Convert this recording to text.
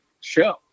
show